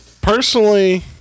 personally